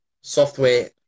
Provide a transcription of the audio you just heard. software